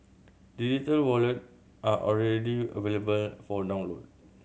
digital wallet are already available for download